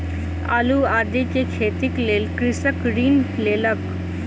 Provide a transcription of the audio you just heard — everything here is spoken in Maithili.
आलू आदि के खेतीक लेल कृषक ऋण लेलक